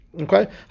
Okay